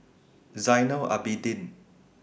Zainal Abidin